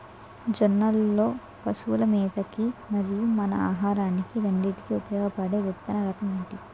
జొన్నలు లో పశువుల మేత కి మరియు మన ఆహారానికి రెండింటికి ఉపయోగపడే విత్తన రకం ఏది?